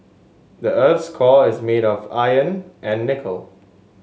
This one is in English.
the earth's core is made of iron and nickel